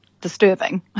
disturbing